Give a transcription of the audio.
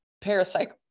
parasite